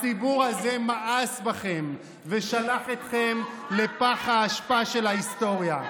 הציבור הזה מאס בכם ושלח אתכם לפח האשפה של ההיסטוריה.